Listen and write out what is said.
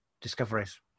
discoveries